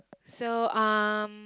so um